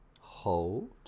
hold